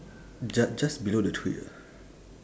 ju~ just below the tree ah